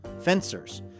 fencers